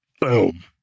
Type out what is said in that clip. Boom